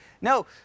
no